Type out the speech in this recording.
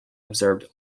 observed